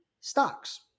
stocks